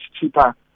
cheaper